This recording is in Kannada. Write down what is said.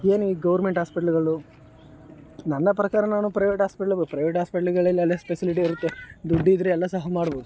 ಏನು ಈ ಗೌರ್ಮೆಂಟ್ ಆಸ್ಪೆಟ್ಲುಗಳು ನನ್ನ ಪ್ರಕಾರ ನಾನು ಪ್ರೈವೇಟ್ ಆಸ್ಪೆಟ್ಲ್ಗೋ ಪ್ರೈವೇಟ್ ಆಸ್ಪೆಟ್ಲ್ಗಳಲ್ಲೆಲ್ಲ ಫೆಸಿಲಿಟಿ ಇರುತ್ತೆ ದುಡ್ಡಿದ್ದರೆ ಎಲ್ಲ ಸಹ ಮಾಡ್ಬೋದು